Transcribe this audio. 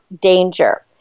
danger